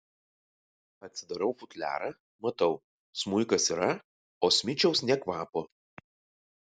atsidarau futliarą matau smuikas yra o smičiaus nė kvapo